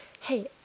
hey